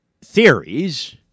theories